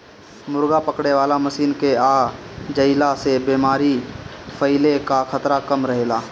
मुर्गा पकड़े वाला मशीन के आ जईला से बेमारी फईले कअ खतरा कम रहेला